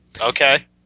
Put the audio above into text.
Okay